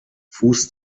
fuß